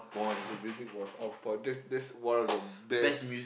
the music was on point that's that's one of the best